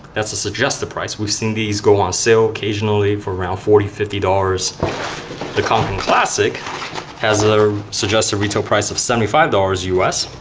that's the suggested price. we've seen these go on sale occasionally for around forty fifty. the kanken classic has a suggested retail price of seventy five dollars us.